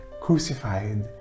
crucified